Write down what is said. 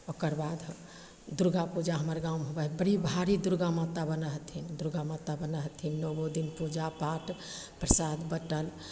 ओकर बाद दुरगा पूजा हमर गाममे होबै हइ बड़ी भारी दुरगा माता बनै हथिन दुरगा माता बनै हथिन नओ दिन पूजापाठ परसाद बँटल